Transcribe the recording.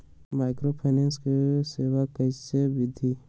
Microfinance के सेवा कइसे विधि?